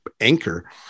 anchor